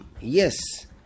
yes